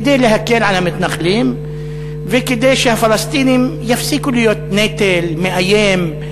כדי להקל על המתנחלים וכדי שהפלסטינים יפסיקו להיות נטל מאיים,